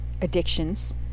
addictions